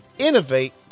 innovate